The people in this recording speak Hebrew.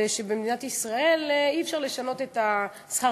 זה שבמדינת ישראל אי-אפשר לשנות את שכר